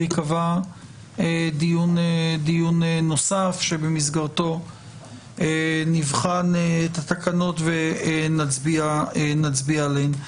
וייקבע דיון נוסף שבמסגרתו נבחן את התקנות ונצביע עליהן.